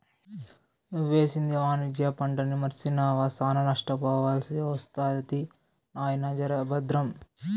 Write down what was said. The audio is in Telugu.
నువ్వేసింది వాణిజ్య పంటని మర్సినావా, శానా నష్టపోవాల్సి ఒస్తది నాయినా, జర బద్రం